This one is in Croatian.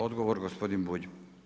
Odgovor gospodin Bulj.